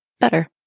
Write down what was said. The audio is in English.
better